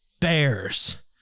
bears